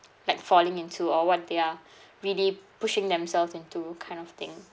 like falling into or what they are really pushing themselves into kind of thing